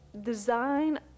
design